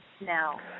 now